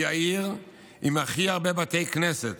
היא העיר עם הכי הרבה בתי כנסת,